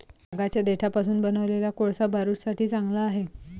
तागाच्या देठापासून बनवलेला कोळसा बारूदासाठी चांगला आहे